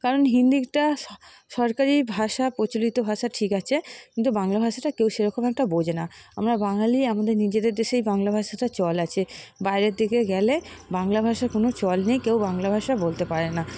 কারণ হিন্দিটা সরকারি ভাষা প্রচলিত ভাষা ঠিক আছে কিন্তু বাংলা ভাষাটা কেউ সেরকম একটা বোঝে না আমরা বাঙালি আমাদের নিজেদের দেশেই বাংলা ভাষাটার চল আছে বাইরে দিকে গেলে বাংলা ভাষার কোনও চল নেই কেউ বাংলা ভাষা বলতে পারে না